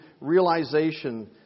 realization